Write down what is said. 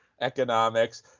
economics